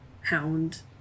hound